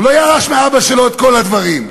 הוא לא ירש מאבא שלו את כל הדברים,